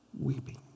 weeping